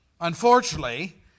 Unfortunately